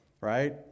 right